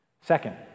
Second